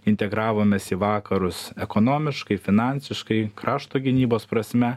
integravomės į vakarus ekonomiškai finansiškai krašto gynybos prasme